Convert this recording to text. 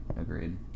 agreed